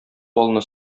балны